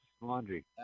Laundry